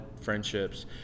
friendships